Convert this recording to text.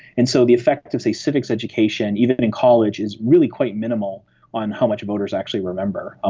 and so the effect of, say, civics education, even in college, is really quite minimal on how much voters actually remember. ah